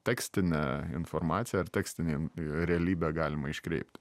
tekstinę informaciją ar tekstinėm realybę galima iškreipt